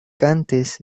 cantes